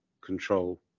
control